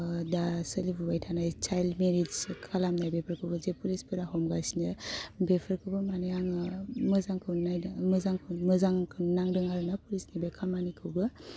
दा सोलिफुबाय थानाय चाइल्ड मेरिस खालामनाय बेफोरखौबो जे पुलिसफोरा हमगासिनो बेफोरखौबो माने आङो मोजांखौ नायदों मोजांखौ मोजांखौनो नादों आरोना पुलिसनि बे खामानिखौबो